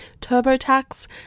TurboTax